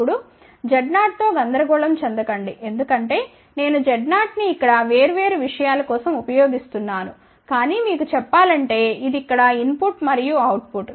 ఇప్పుడుZ0తో గందరగోళం చెందకండి ఎందుకంటే నేనుZ0ని ఇక్కడ వేర్వేరు విషయాల కోసం ఉపయోగిస్తున్నాను కానీ మీకు చెప్పాలంటే ఇది ఇక్కడ ఇన్ పుట్ మరియు అవుట్ పుట్